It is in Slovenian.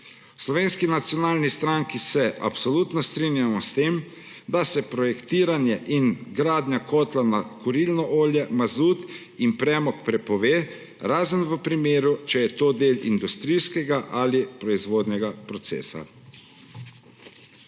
Slovenski nacionalni stranki se absolutno strinjamo s tem, da se projektiranje in gradnja kotla na kurilno olje, na mazut in premog prepove, razen če je to del industrijskega ali proizvodnega procesa.